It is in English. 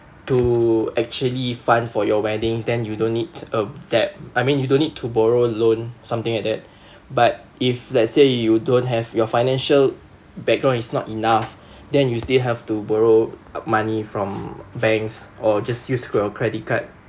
to actually fund for your wedding then you don't need a that I mean you don't need to borrow loan something like that but if let's say you don't have your financial background is not enough then you still have to borrow money from banks or just use your credit card